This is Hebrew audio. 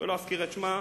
ולא אזכיר את שמה,